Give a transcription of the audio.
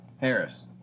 Harris